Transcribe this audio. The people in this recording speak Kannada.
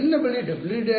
ವಿದ್ಯಾರ್ಥಿ ವ್ಯುತ್ಪನ್ನ